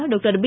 doctor B